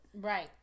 Right